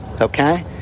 okay